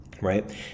Right